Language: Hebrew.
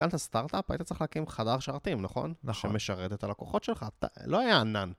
כאן את הסטארט-אפ היית צריך להקים חדר שרתים, נכון? נכון. שמשרת את הלקוחות שלך, לא היה ענן.